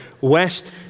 west